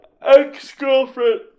Ex-girlfriend